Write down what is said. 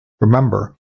Remember